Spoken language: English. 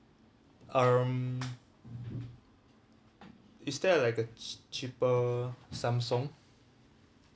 um is there like a chea~ cheaper samsung